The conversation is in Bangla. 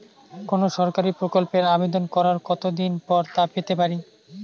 কোনো সরকারি প্রকল্পের আবেদন করার কত দিন পর তা পেতে পারি?